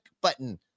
button